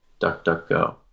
DuckDuckGo